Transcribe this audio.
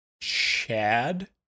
Chad